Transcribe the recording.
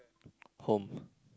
home